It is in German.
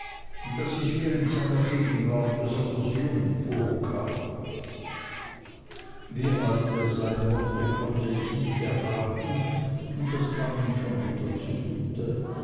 daß ich mir in seiner gegenwart ganz besonders jung vorkam wie alt er sein mochte konnte ich nicht erraten und das kam ihm schon wieder zugute